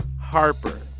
Harper